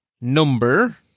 number